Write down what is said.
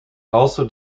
also